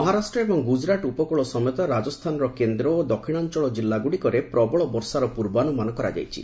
ମହାରାଷ୍ଟ୍ର ଏବଂ ଗୁଜରାଟ ଉପକୂଳ ସମେତ ରାଜସ୍ଥାନର କେନ୍ଦ୍ର ଓ ଦକ୍ଷିଣାଞ୍ଚଳ ଜିଲ୍ଲାଗୁଡ଼ିକରେ ପ୍ରବଳ ବର୍ଷାର ପୂର୍ବାନୁମାନ କରାଯାଇଛି